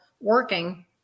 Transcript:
working